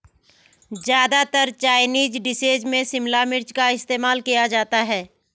ज्यादातर Chinese dishes में शिमला मिर्च का इस्तेमाल किया जाता है